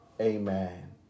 Amen